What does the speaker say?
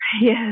Yes